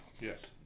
Yes